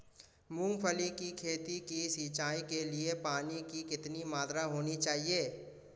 मूंगफली की खेती की सिंचाई के लिए पानी की कितनी मात्रा होनी चाहिए?